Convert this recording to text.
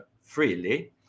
freely